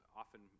often